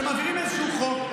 שהם מעבירים איזשהו חוק,